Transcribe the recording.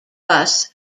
bus